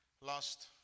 last